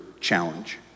challenge